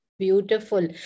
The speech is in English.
beautiful